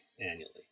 annually